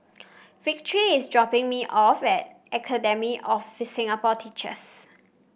Victory is dropping me off at Academy of Singapore Teachers